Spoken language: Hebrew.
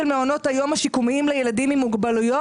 מעונות היום השיקומיים לילדים עם מוגבלויות?